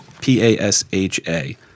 P-A-S-H-A